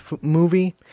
movie